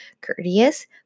courteous